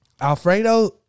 Alfredo